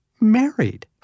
married